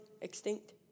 extinct